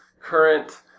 current